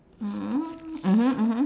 um mmhmm mmhmm